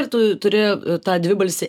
ir tu turi tą dvibalsį